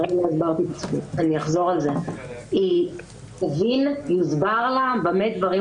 לא דיברתי --- אני אחזור על זה: היא תבין ויוסבר לה במה דברים